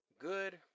good